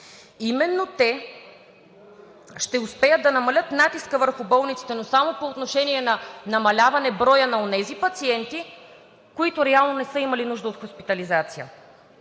Именно те ще успеят да намалят натиска върху болниците, но само по отношение на намаляване броя на онези пациенти, които реално не са имали нужда от хоспитализация.